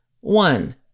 One